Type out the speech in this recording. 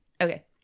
Okay